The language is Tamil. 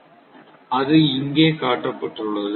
T அது இங்கே காட்டப்பட்டுள்ளது